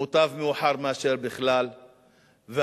מוטב מאוחר מאשר בכלל לא,